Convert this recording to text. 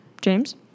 James